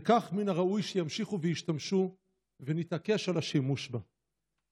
וכך מן הראוי שימשיכו וישתמשו ונתעקש על השימוש בה.